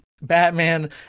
Batman